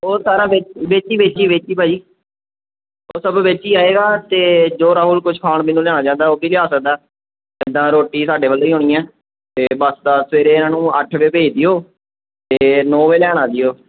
ਉਹ ਸਾਰਾ ਵਿੱਚ ਵਿੱਚ ਹੀ ਵਿੱਚ ਹੀ ਵਿੱਚ ਹੀ ਭਾਅ ਜੀ ਉਹ ਸਭ ਵਿੱਚ ਹੀ ਆਏਗਾ ਅਤੇ ਜੋ ਰਾਹੁਲ ਕੁਝ ਖਾਣ ਪੀਣ ਨੂੰ ਲਿਆਉਣਾ ਚਾਹੁੰਦਾ ਉਹ ਵੀ ਲਿਆ ਸਕਦਾ ਜਿੱਦਾਂ ਰੋਟੀ ਸਾਡੇ ਵੱਲੋਂ ਹੀ ਹੋਣੀ ਹੈ ਅਤੇ ਬਸ ਆ ਸਵੇਰੇ ਇਹਨਾਂ ਨੂੰ ਅੱਠ ਵਜੇ ਭੇਜ ਦਿਓ ਅਤੇ ਨੌਂ ਵਜੇ ਲੈਣ ਆ ਜਾਇਓ